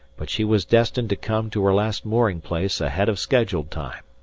but she was destined to come to her last mooring place ahead of schedule time!